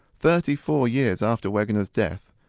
thirty four years after wegener's death,